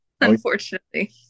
unfortunately